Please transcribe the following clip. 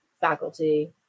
faculty